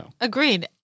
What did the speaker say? Agreed